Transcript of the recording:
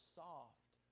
soft